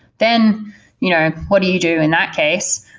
then you know what do you do in that case?